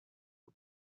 for